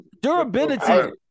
durability